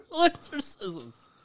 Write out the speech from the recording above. exorcisms